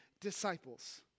disciples